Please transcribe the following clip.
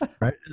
Right